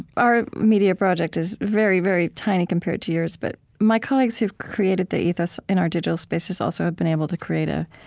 our media project is very, very tiny compared to yours, but my colleagues who've created the ethos in our digital space has also been able to create a,